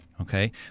Okay